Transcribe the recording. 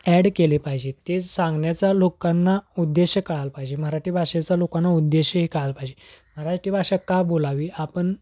add केले पाहिजे ते सांगण्याचा लोकांना उद्देश कळाला पाहिजे मराठी भाषेचा लोकांना उद्देशही कळाला पाहिजे मराठी भाषा का बोलावी आपण